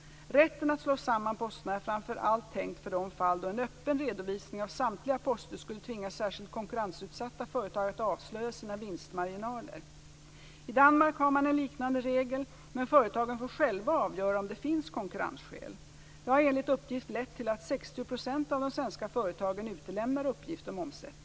Rätten att slå samman posterna är framför allt tänkt för de fall då en öppen redovisning av samtliga poster skulle tvinga särskilt konkurrensutsatta företag att avslöja sina vinstmarginaler. I Danmark har man en liknande regel, men företagen får själva avgöra om det finns konkurrensskäl. Det har enligt uppgift lett till att 60 % av de danska företagen utelämnar uppgift om omsättning.